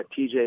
TJ